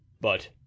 But